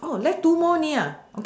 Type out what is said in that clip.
left two more only